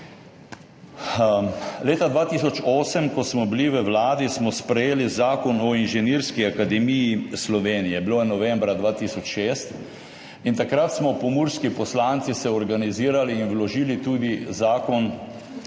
Leta 2008, ko smo bili v vladi, smo sprejeli Zakon o Inženirski akademiji Slovenije, bilo je novembra 2006. In takrat smo se pomurski poslanci organizirali in vložili tudi zakon